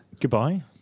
Goodbye